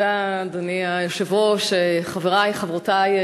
אדוני היושב-ראש, תודה, חברותי,